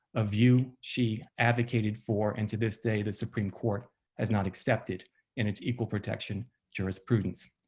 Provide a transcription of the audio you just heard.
a view she advocated for and to this day the supreme court has not accepted in its equal protection jurisprudence.